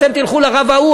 אתם תלכו לרב ההוא,